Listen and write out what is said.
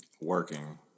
Working